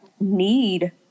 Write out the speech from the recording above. need